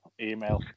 email